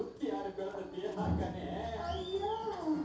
ರಫ್ತು ಮಾರ್ಕೆಟಿಂಗ್ನ್ಯಾಗ ಪ್ರಮುಖ ಅಂಶ ಯಾವ್ಯಾವ್ದು?